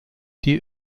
die